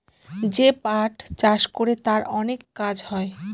যে পাট চাষ করে তার অনেক কাজ হয়